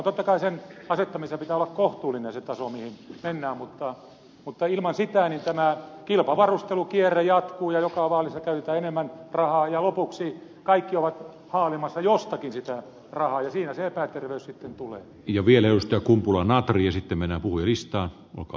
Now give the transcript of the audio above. totta kai sen tason mihin mennään asettamisessa pitää olla kohtuullinen mutta ilman sitä tämä kilpavarustelukierre jatkuu ja joka vaalissa käytetään enemmän rahaa ja lopuksi kaikki ovat haalimassa jostakin sitä rahaa ja siinä se epäterveys sitten tulee ja vielä risto kumpula natri esitämme naapurista oko